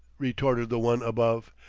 retorted the one above.